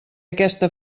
aquesta